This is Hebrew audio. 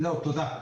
תודה.